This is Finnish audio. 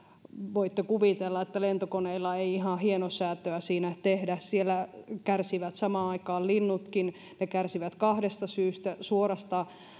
voitte kuvitella että lentokoneilla ei ihan hienosäätöä siinä tehdä siellä kärsivät samaan aikaan linnutkin ne kärsivät kahdesta syystä suorasta